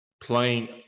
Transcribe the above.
Playing